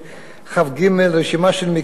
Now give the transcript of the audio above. רשימה של מקרים,